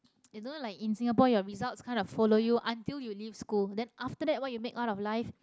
you know like in Singapore your results kind of follow you until you leave school then after that what you make out of life